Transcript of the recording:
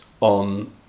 on